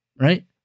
right